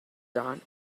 done